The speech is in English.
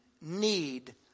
need